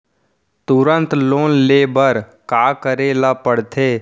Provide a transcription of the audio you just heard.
तुरंत लोन ले बर का करे ला पढ़थे?